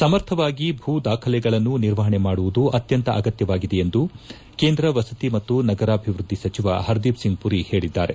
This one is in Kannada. ಸಮರ್ಥವಾಗಿ ಭೂ ದಾಖಲೆಗಳನ್ನು ನಿರ್ವಹಣೆಮಾಡುವುದು ಅತ್ಯಂತ ಅಗತ್ಯವಾಗಿದೆ ಎಂದು ಕೇಂದ್ರ ವಸತಿ ಮತ್ತು ನಗರಾಭಿವ್ವದ್ದಿ ಸಚಿವ ಹರ್ದಿಪ್ ಸಿಂಗ್ ಪುರಿ ಹೇಳಿದ್ದಾರೆ